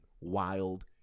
wild